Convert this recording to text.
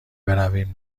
برویم